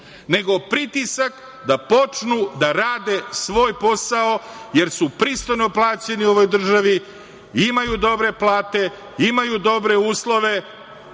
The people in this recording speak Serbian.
nego pritisak da počnu da rade svoj posao, jer su pristojno plaćeni u ovoj državi, imaju dobre plate, imaju dobre uslove.